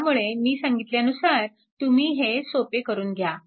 त्यामुळे मी सांगितल्यानुसार तुम्ही हे सोपे करून घ्या